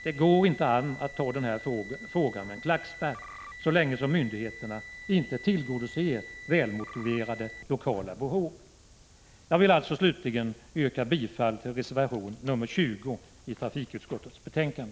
Det går inte an att ta den här frågan med en klackspark så länge som myndigheterna inte tillgodoser välmotiverade lokala behov. Jag vill alltså yrka bifall till reservation nr 20 till trafikutskottets betänkande.